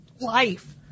life